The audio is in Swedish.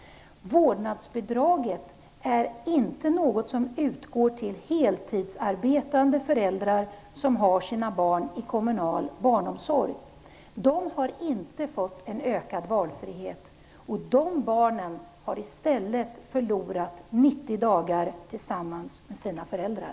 Vårdnadsbidraget utgår inte till heltidsarbetande föräldrar som har sina barn i kommunal barnomsorg. De har inte fått en ökad valfrihet. De barnen har förlorat 90 dagar tillsammans med sina föräldrar.